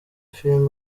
film